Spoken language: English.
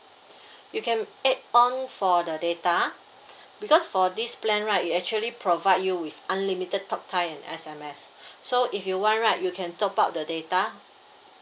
you can add on for the data because for this plan right it actually provide you with unlimited talk time and S_M_S so if you want right you can top up the data